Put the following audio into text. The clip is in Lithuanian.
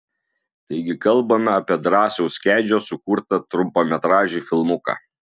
taigi kalbame apie drąsiaus kedžio sukurtą trumpametražį filmuką